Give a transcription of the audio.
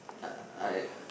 uh I